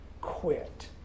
quit